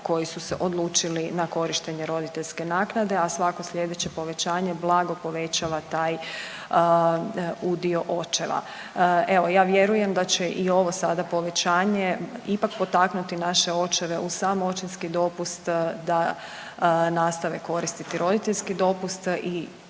koji su se odlučili na korištenje roditeljske naknade, a svako slijedeće povećanje blago povećava taj udio očeva. Evo ja vjerujem da će i ovo sada povećanje ipak potaknuti naše očeve uz sam očinski dopust da nastave koristiti roditeljski dopust i